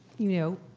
you know,